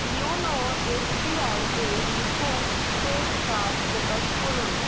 YONO SBI তে নতুন scratch card প্রকাশ করুন